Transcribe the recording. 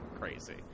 crazy